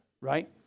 right